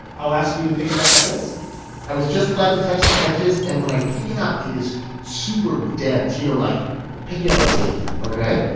i'll ask you to pick it up like this i was just allowed to touch the edges, and when i pick it up it is super dense, you know, like picking up a baby ok